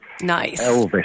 Nice